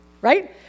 right